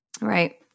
Right